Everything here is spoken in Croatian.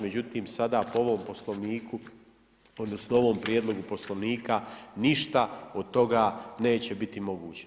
Međutim, sada po ovom Poslovniku odnosno ovom Prijedlogu Poslovnika ništa od toga neće biti moguće.